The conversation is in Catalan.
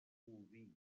bolvir